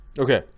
Okay